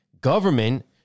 government